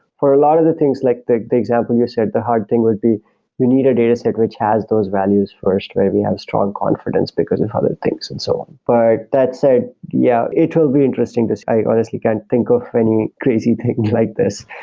for a lot of the things like the the example you said, the hard thing would be you need a dataset which has those values first where we have strong confidence because of how that thinks and so on. but that said, yeah, it will be interesting. i i honestly can't think of any crazy things like this.